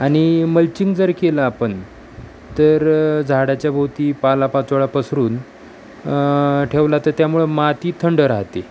आणि मलचिंग जर केलं आपण तर झाडाच्या भोवती पालापाचोळा पसरून ठेवला तर त्यामुळं माती थंड राहते